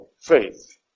faith